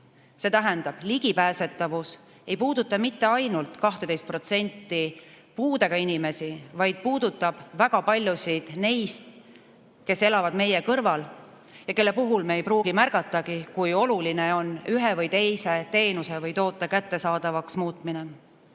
See tähendab, et ligipääsetavus ei puuduta mitte ainult 12% puudega inimesi, vaid puudutab väga paljusid neist, kes elavad meie kõrval ja kelle puhul me ei pruugi märgatagi, kui oluline on ühe või teise teenuse või toote kättesaadavaks muutmine. Eelnõu